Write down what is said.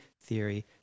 theory